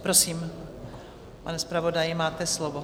Prosím, pane zpravodaji, máte slovo.